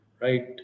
right